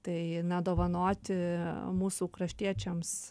tai na dovanoti mūsų kraštiečiams